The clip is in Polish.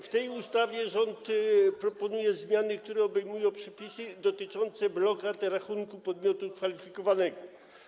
W tej ustawie rząd proponuje zmiany, które obejmują przepisy dotyczące blokad rachunku podmiotu kwalifikowanego.